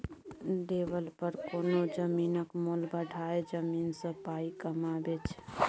developer कोनो जमीनक मोल बढ़ाए जमीन सँ पाइ कमाबै छै